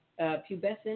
pubescent